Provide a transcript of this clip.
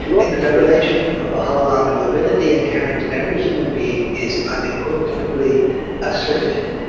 in the revelation of baha'u'llah, the nobility inherent in every human being is unequivocably asserted.